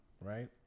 right